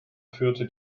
führte